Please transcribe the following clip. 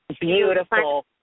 Beautiful